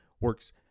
works